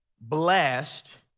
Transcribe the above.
blessed